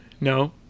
no